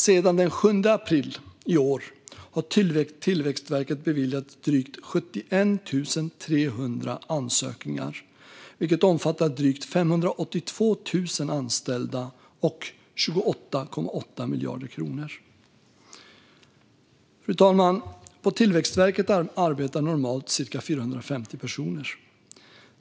Sedan den 7 april i år har Tillväxtverket beviljat drygt 71 300 ansökningar vilka omfattar drygt 582 000 anställda och 28,8 miljarder kronor. Fru talman! På Tillväxtverket arbetar normalt cirka 450 personer.